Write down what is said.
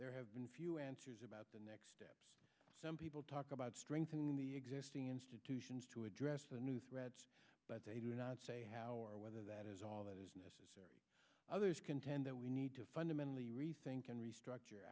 there have been few answers about the next steps some people talk about strengthening the existing institutions to address the new threats but they do not say how or whether that is all that is necessary others contend that we need to fundamentally rethink and restructure